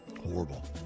horrible